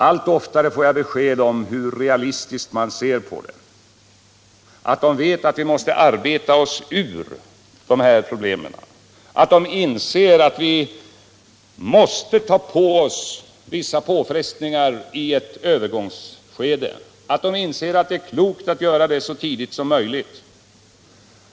Allt oftare får jag besked om hur realistiskt man ser på situationen. Man vet att vi måste arbeta oss ur de här problemen. Man inser att vi måste ta på oss vissa påfrestningar i ett övergångsskede, att det är klokt att göra det så tidigt som möjligt.